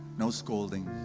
no scolding.